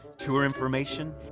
tour information,